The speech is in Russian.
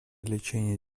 лечение